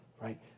Right